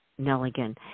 Nelligan